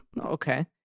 Okay